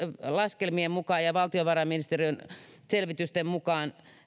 laskelmien mukaan ja valtiovarainministeriön selvitysten mukaan